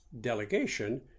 delegation